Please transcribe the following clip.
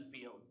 field